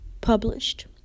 published